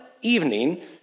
evening